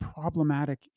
problematic